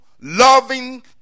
loving